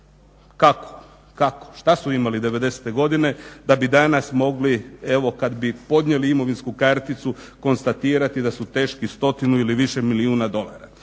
kako? Šta su imali '90.-te godine da bi danas mogli evo kad bi podnijeli imovinsku karticu konstatirati da su teški stotinu ili više milijuna dolara.